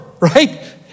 right